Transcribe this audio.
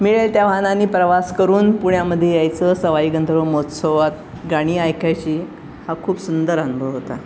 मिळेल त्या वाहनाने प्रवास करून पुण्यामध्ये यायचं सवाई गंधर्व महोत्सवात गाणी ऐकायची हा खूप सुंदर अनुभव होता